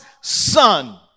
Son